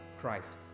Christ